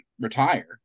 retire